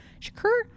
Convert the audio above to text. Shakur